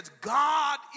God